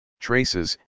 traces